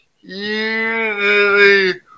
usually